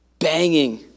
banging